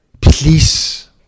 please